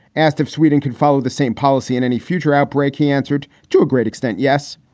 asked if sweden could follow the same policy in any future outbreak. he answered, to a great extent, yes.